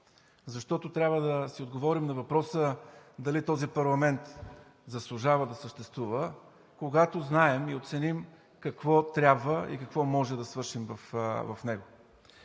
защото трябва да си отговорим на въпроса дали този парламент заслужава да съществува, когато знаем и оценим какво трябва и какво може да свършим в него.